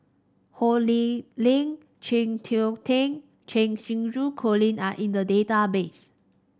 Ho Lee Ling Chng Seok Tin Cheng Xinru Colin are in the database